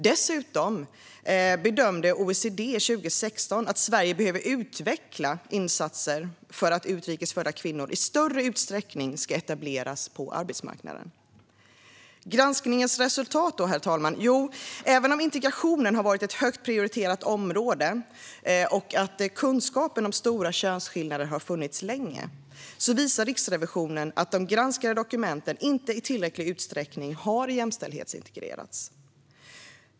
Dessutom bedömde OECD 2016 att Sverige behöver utveckla insatser för att utrikes födda kvinnor i större utsträckning ska etableras på arbetsmarknaden. Vad blev då resultatet av granskningen, herr talman? Jo, även om integrationen varit ett högt prioriterat område och kunskap om stora könsskillnader funnits länge visar Riksrevisionen att de granskade dokumenten inte i tillräcklig utsträckning har jämställdhetsintegrerats.